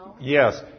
Yes